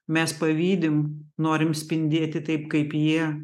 mes pavydim norim spindėti taip kaip jie